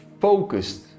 focused